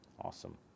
Awesome